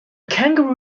kangaroo